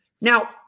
Now